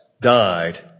died